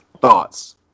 Thoughts